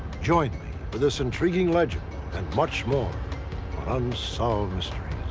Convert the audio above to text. join me for this intriguing legend and much more on unsolved mysteries.